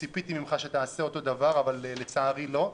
כך ציפיתי ממך שתעשה את אותו דבר - אבל לצערי לא.